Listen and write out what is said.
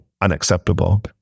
unacceptable